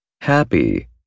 Happy